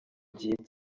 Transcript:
gihe